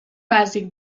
bàsic